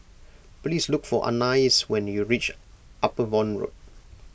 please look for Anais when you reach Upavon Road